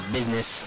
Business